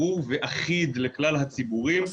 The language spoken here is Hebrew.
ברור ואחיד לכלל הציבורים,